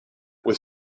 with